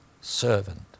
servant